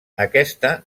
aquesta